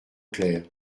clair